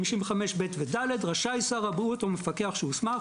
55ב' ו-ד' רשאי שר הבריאות או מפקח שהוסמך,